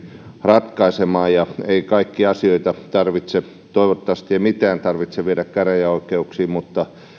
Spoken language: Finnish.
ratkaisemaan eikä kaikkia asioita tarvitse toivottavasti ei mitään tarvitse viedä käräjäoikeuksiin